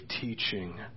teaching